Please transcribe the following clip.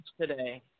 today